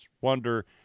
Wonder